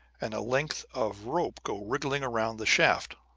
and a length of rope go wriggling around the shaft,